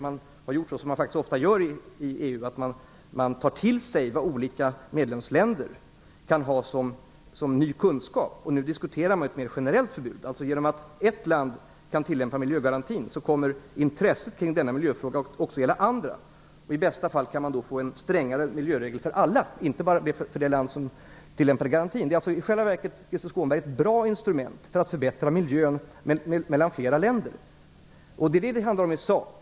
Man har gjort som man ofta gör i EU, dvs. att man tagit till sig vad olika medlemsländer kan ha som ny kunskap. Nu diskuterar man ett mer generellt förbud. Genom att ett land kan tillämpa miljögarantin kommer intresset kring den aktuella miljöfrågan också gälla andra. I bästa fall kan man få en strängare miljöregel för alla, inte bara för det land som tillämpar garantin. Detta är, Krister Skånberg, i själva verket ett bra instrument för att förbättra miljön i flera länder. Det är vad det handlar om i sak.